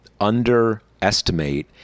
underestimate